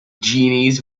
genies